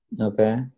Okay